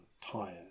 tired